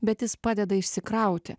bet jis padeda išsikrauti